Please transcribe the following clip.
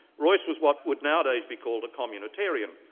royce was what would nowadays be called a communitarian,